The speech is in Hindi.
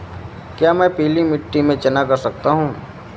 क्या मैं पीली मिट्टी में चना कर सकता हूँ?